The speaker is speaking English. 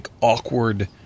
awkward